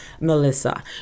Melissa